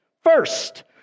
first